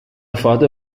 fada